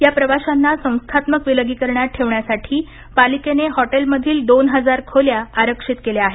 या प्रवाशांना संस्थात्मक विलगीकरणात ठेवण्यासाठी पालिकेने हॉटेलमधील दोन हजार खोल्या आरक्षित केल्या आहेत